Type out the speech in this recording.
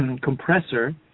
Compressor